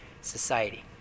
society